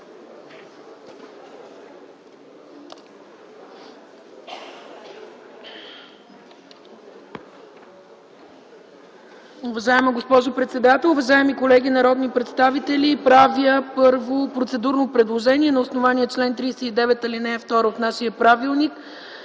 Уважаема госпожо председател, уважаеми колеги народни представители, първо правя процедурно предложение на основание чл. 39, ал. 2 от нашия правилник